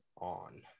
on